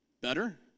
better